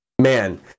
man